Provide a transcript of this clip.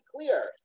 clear